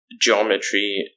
Geometry